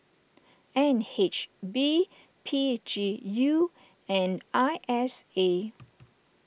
N H B P G U and I S A